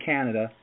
Canada